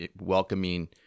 welcoming